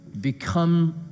become